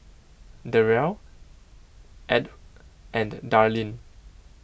Derrell Edw and Darleen